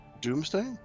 Doomsday